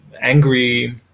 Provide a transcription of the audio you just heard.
angry